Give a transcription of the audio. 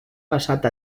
passat